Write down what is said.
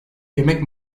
yemek